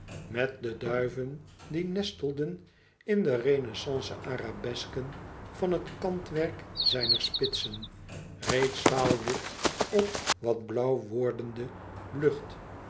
met de duiven die nestelen in de renaissance arabesken van het kantwerk zijner spitsen reeds vaal wit op wat blauw wordende lucht